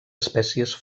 espècies